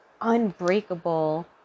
unbreakable